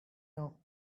now